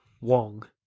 Wong